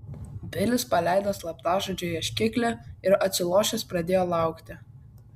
bilis paleido slaptažodžio ieškiklį ir atsilošęs pradėjo laukti